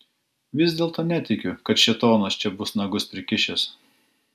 vis dėlto netikiu kad šėtonas čia bus nagus prikišęs